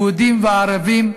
יהודים וערבים,